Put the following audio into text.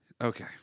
Okay